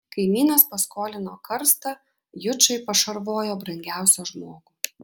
kaimynas paskolino karstą jučai pašarvojo brangiausią žmogų